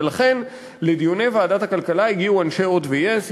ולכן לדיוני ועדת הכלכלה הגיעו אנשי "הוט" ו-yes,